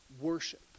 worship